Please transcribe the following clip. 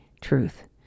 truth